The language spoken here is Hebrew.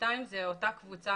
2 זה אותה קבוצה,